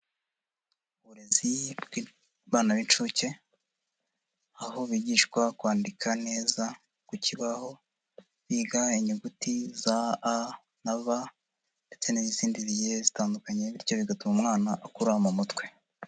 Uburezi bw'abana b'inshuke, aho bigishwa kwandika neza ku kibaho, biga inyuguti za A na B ndetse n'izindi zigiye zitandukanye, bityo bigatuma umwana akura mu mutwe.